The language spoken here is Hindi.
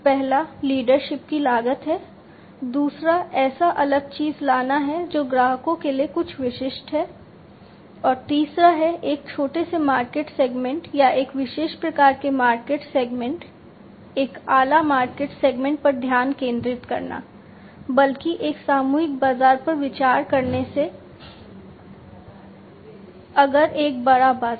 पहला लीडरशिप की लागत है दूसरा ऐसा अलग चीज लाना है जो ग्राहकों के लिए कुछ विशिष्ट है और तीसरा है एक छोटे से मार्केट सेगमेंट या एक विशेष प्रकार के मार्केट सेगमेंट एक आला मार्केट सेगमेंट पर ध्यान केंद्रित करना बल्कि एक सामूहिक बाजार पर विचार करने से अगर एक बड़ा बाजार